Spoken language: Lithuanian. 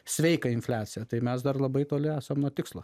sveiką infliaciją tai mes dar labai toli esam nuo tikslo